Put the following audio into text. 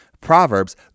Proverbs